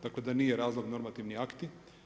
Tako, da nije razlog normativni akti.